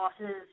losses